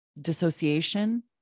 dissociation